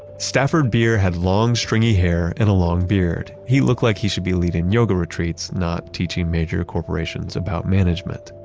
stafford beer had long stringy hair and a long beard. he looked like he should be leading yoga retreats not teaching major corporations about management.